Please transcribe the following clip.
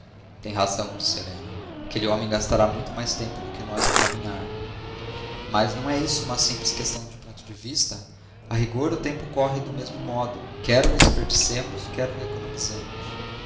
tem razão disse helena aquele homem gastará muito mais tempo do que nós em caminhar mas não é isto uma simples questão de ponto de vista a rigor o tempo corre do mesmo modo quer o desperdicemos quer o economizemos